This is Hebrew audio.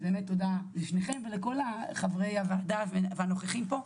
אז באמת תודה לשניכם וגם לחברי הוועדה והנוכחים פה,